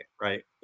right